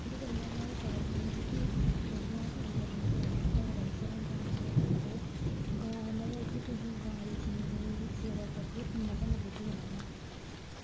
एह्दे कन्नै में सारें गी एह् सनान्ना चाह्न्नी कि जेह्ड़ियां जनानियां घर रौंह्दियां न गां रक्खो गां कन्नै एह् ऐ कि गां दी तुस जिन्नी सेवा करगे उन्ना सानूं दुद्ध देना उ'नें